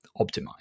optimize